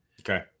Okay